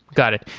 got it.